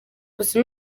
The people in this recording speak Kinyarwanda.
gusa